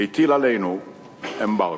הטיל עלינו אמברגו.